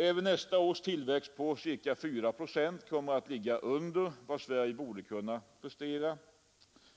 Även nästa års tillväxt på ca 4 procent kommer att ligga under vad Sverige borde kunna prestera,